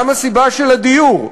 גם הסיבה של הדיור,